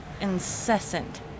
incessant